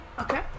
Okay